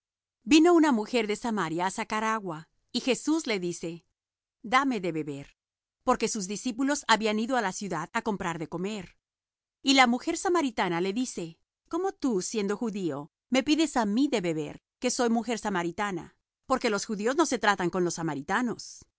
vino una mujer de samaria á sacar agua y jesús le dice dame de beber porque sus discípulos habían ido á la ciudad á comprar de comer y la mujer samaritana le dice cómo tú siendo judío me pides á mí de beber que soy mujer samaritana porque los judíos no se tratan con los samaritanos